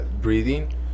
breathing